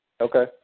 Okay